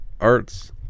Arts